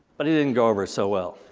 but it didn't go over so well.